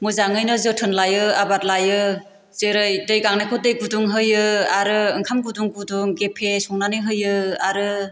मोजाङैनो जोथोन लायो आबाद लायो जेरै दै गांनायखौ दै गुदुं होयो आरो ओंखाम गुदुं गुदुं गेफे संनानै होयो आरो